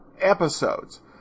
episodes